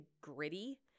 gritty